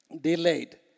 delayed